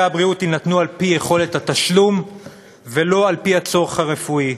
הבריאות יינתנו על-פי יכולת התשלום ולא על-פי הצורך הרפואי.